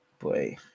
Boy